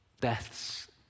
Death's